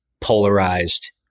polarized